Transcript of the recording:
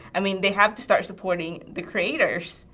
i mean they have to start supporting the creators.